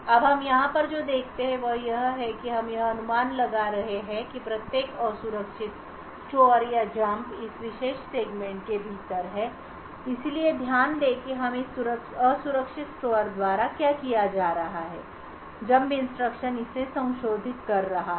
अब हम यहाँ पर जो देखते हैं वह यह है कि हम यह अनुमान लगा रहे हैं कि प्रत्येक असुरक्षित स्टोर या जम्प इस विशेष सेगमेंट के भीतर है इसलिए ध्यान दें कि हम इस असुरक्षित स्टोर द्वारा क्या किया जा रहा है जंप इंस्ट्रक्शन इसे संशोधित कर रहे हैं